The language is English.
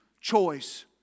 choice